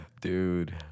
Dude